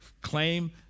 claim